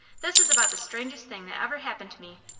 this is about the strangest thing that ever happened to me.